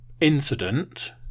incident